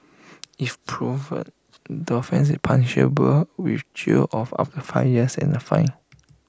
if proven the offence is punishable with jail of up to five years and A fine